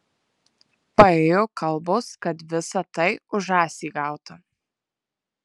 paėjo kalbos kad visa tai už žąsį gauta